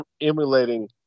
emulating